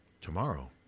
Tomorrow